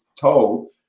told